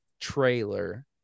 trailer